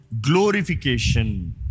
glorification